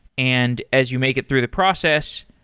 and as you make it through the process,